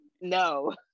no